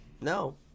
No